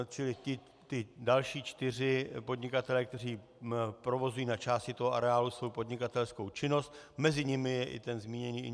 Čili ti další čtyři podnikatelé, kteří provozují na části toho areálu svou podnikatelskou činnost mezi nimi je i zmíněný Ing.